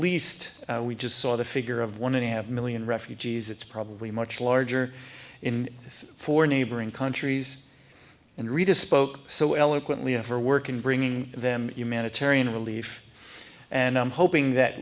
least we just saw the figure of one and a half million refugees it's probably much larger in four neighboring countries in riga spoke so eloquently of her work in bringing them humanitarian relief and i'm hoping that